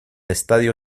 estadio